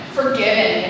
Forgiven